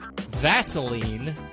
Vaseline